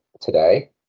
today